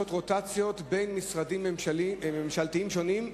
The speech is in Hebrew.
יהיה בהחלט אפשרי לעשות רוטציות בין משרדים ממשלתיים שונים,